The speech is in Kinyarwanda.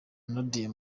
nadia